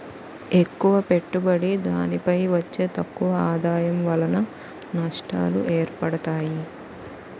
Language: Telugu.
ఎక్కువ పెట్టుబడి దానిపై వచ్చే తక్కువ ఆదాయం వలన నష్టాలు ఏర్పడతాయి